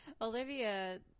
olivia